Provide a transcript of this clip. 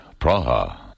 Praha